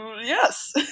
yes